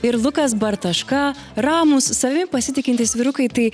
ir lukas bartaška ramūs savimi pasitikintys vyrukai tai